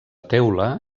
teula